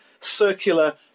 circular